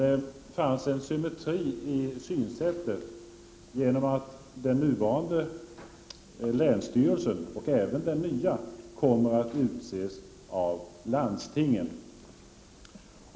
Det fanns en symmetri i synsättet genom att 29 november 1989 den nuvarande länsstyrelsen och även den nya kommer att utses avvlands= Z—A tingen.